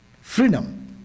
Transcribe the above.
freedom